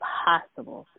possible